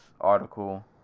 article